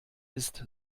ist